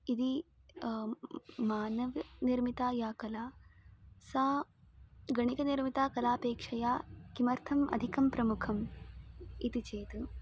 यदि मानवनिर्मिता या कला सा गणकीनिर्मिताकलापेक्षया किमर्थम् अधिकं प्रमुखम् इति चेत्